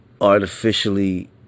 artificially